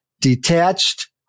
detached